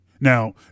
now